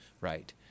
right